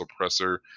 suppressor